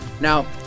Now